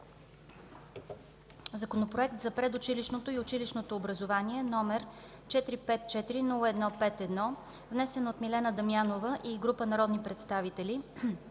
Законопроект за предучилищното и училищното образование, № 454-01-51, внесен от Милена Дамянова и група народни представители